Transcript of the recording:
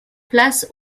place